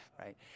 right